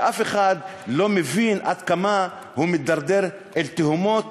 שאף אחד לא מבין עד כמה הוא מידרדר אל תהומות